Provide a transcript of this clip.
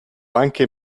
anche